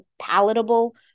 palatable